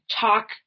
talk